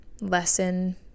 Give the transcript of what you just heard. lesson